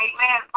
Amen